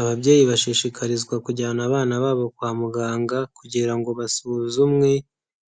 Ababyeyi bashishikarizwa kujyana abana babo kwa muganga kugira ngo basuzumwe